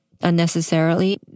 unnecessarily